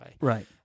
right